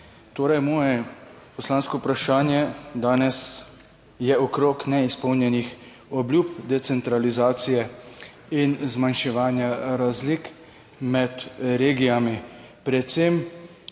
Props! Moje poslansko vprašanje danes je o neizpolnjenih obljubah decentralizacije in zmanjševanja razlik med regijami, predvsem